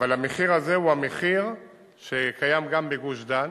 אבל המחיר הזה הוא המחיר שקיים גם בגוש-דן,